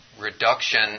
reduction